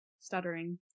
stuttering